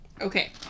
Okay